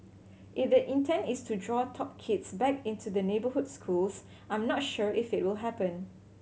if the intent is to draw top kids back into the neighbourhood schools I'm not sure if it will happen